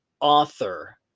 author